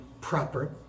proper